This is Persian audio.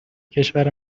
کشور